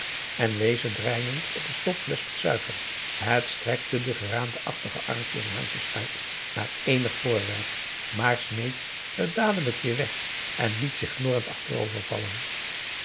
en wees het dreinend op de stopflesch met suiker het strekte de geraamteachtige armpjes en handjes uit naar eenig voorwerp maar smeet het dadelijk weer weg en liet zich knorrend achterover